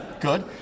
good